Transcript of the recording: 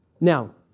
Now